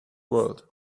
world